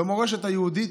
במורשת היהודית,